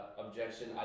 Objection